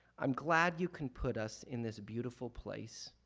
um glad you can put us in this beautiful place.